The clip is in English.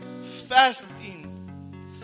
fasting